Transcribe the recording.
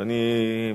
ואני,